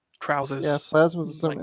Trousers